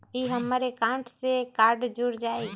ई हमर अकाउंट से कार्ड जुर जाई?